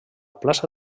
plaça